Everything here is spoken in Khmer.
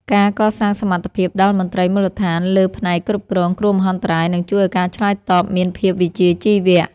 ការកសាងសមត្ថភាពដល់មន្ត្រីមូលដ្ឋានលើផ្នែកគ្រប់គ្រងគ្រោះមហន្តរាយនឹងជួយឱ្យការឆ្លើយតបមានភាពវិជ្ជាជីវៈ។